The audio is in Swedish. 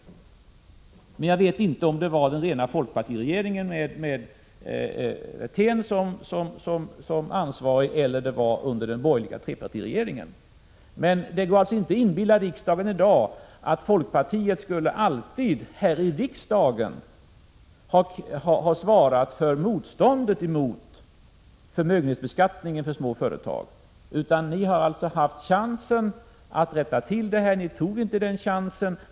Jag vet som sagt inte om detta hände under folkpartiregeringen med Rolf Wirtén som ansvarig eller under den borgerliga trepartiregeringen. Det går alltså inte att inbilla riksdagen att folkpartiet här i riksdagen alltid har svarat för motståndet mot förmögenhetsbeskattningen för små företag. Ni hade chansen att rätta till detta. Ni tog inte den chansen.